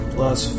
Plus